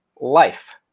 life